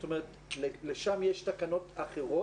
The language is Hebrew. זאת אומרת לשם יש תקנות אחרות?